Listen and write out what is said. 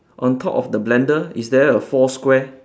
on top of the blender is there a four square